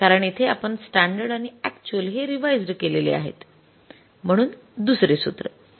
कारण येथे आपण स्टॅंडर्ड आणि अक्चुअल हे रिवाइज्ड केलेले आहे म्हणून दुसरे सूत्र